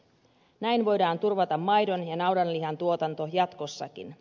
näin voidaan turvata maidon ja naudanlihan tuotanto jatkossakin